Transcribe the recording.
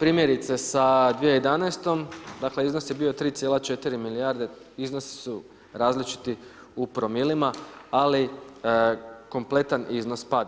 primjerice sa 2011. dakle iznos je bio 3,4 milijarde iznosi su različiti u promilima ali kompletan iznos pada.